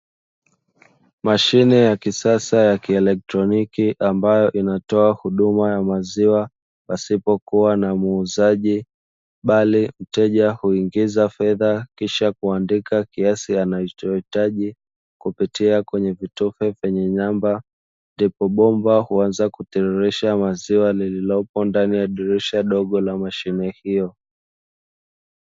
Mashine ya kisasa ya kielektroniki ambayo inatoa huduma ya maziwa pasipokuwa na muuzaji, bali mteja huingiza fedha kisha kuandika kiasi anachohitaji kupitia kwenye vitufe vyenye namba, ndipo bomba huanza kutiririsha maziwa lililopo ndani ya dirisha dogo la mashine hiyo